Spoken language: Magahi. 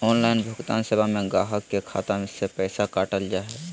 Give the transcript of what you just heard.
ऑनलाइन भुगतान सेवा में गाहक के खाता से पैसा काटल जा हइ